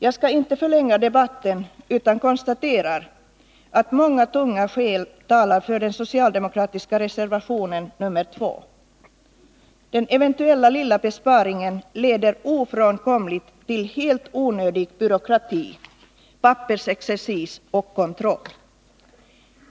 Jag skall inte förlänga debatten, men konstaterar att många tunga skäl talar för den socialdemokratiska reservationen nr 2. Den eventuella, lilla besparingen leder ofrånkomligt till helt onödig byråkrati, pappersexercis och kontroll.